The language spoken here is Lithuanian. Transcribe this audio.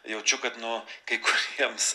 jaučiu kad nu kai kuriems